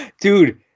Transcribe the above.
Dude